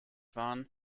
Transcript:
waren